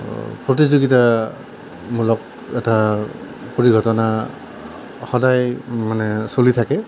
প্ৰতিযোগিতামূলক এটা পৰিঘটনা সদায় মানে চলি থাকে